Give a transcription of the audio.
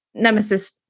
nemesis,